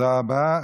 תודה רבה.